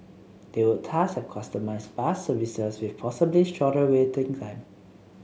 they would thus have customised bus services with possibly shorter waiting time